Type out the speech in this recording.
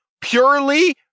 purely